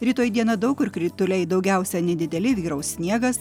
rytoj dieną daug kur krituliai daugiausiai nedideli vyraus sniegas